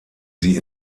sie